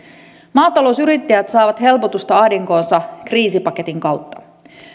maatalousyrittäjät saavat helpotusta ahdinkoonsa kriisipaketin kautta